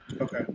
Okay